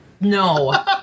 No